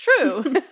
true